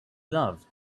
loved